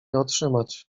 otrzymać